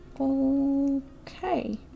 Okay